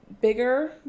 Bigger